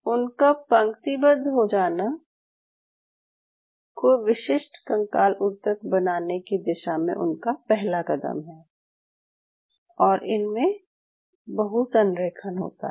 उनका पंक्तिबद्ध हो जाना कोई विशिष्ट कंकाल ऊतक बनाने की दिशा में उनका पहला कदम है और इनमें बहु संरेखण होता है